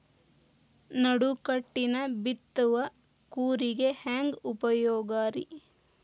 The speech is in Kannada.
ನಡುಕಟ್ಟಿನ ಬಿತ್ತುವ ಕೂರಿಗೆ ಹೆಂಗ್ ಉಪಯೋಗ ರಿ?